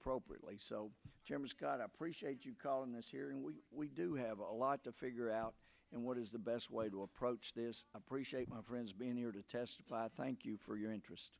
appropriately so gemma's got appreciate you calling this year and we do have a lot to figure out and what is the best way to approach this appreciate my friends being here to testify thank you for your interest